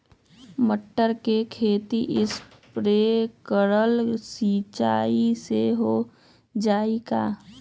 मटर के खेती स्प्रिंकलर सिंचाई से हो जाई का?